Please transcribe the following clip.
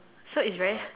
so it's very